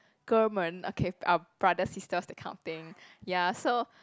哥儿们 okay uh brother sisters that kind of thing ya so